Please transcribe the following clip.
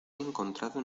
encontrado